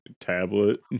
tablet